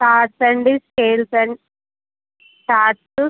charts అండి scales అండి charts